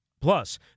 plus